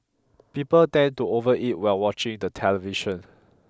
people tend to overeat while watching the television